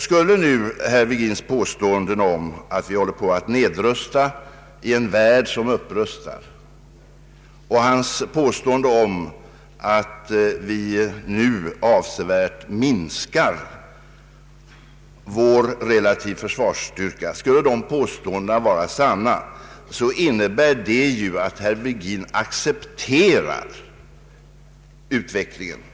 Skulle nu herr Virgins påståenden vara riktiga, att vi håller på att nedrusta i en värld som upprustar, liksom hans åsikter att vi nu avsevärt minskar vår relativa försvarsstyrka, så innebär ju detta att herr Virgin accepterar utvecklingen.